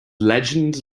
legend